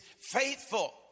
faithful